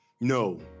No